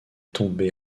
tombée